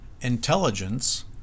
intelligence